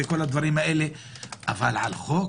אבל על חוק